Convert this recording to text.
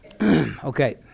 Okay